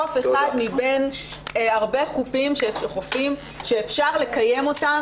חוף אחד מבין הרבה חופים שאפשר לקיים אותם